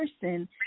person